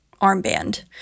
armband